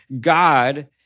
God